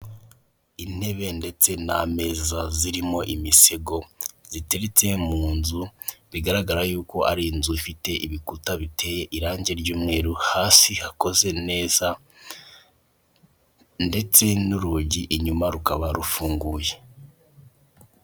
Intebe ndetse n'ameza zirimo imisego ziteretse mu nzu bigaragara yuko ari inzu ifite ibikuta biteye irangi ry'umweru, hasi hakoze neza ndetse n'urugi inyuma rukaba rufunguye.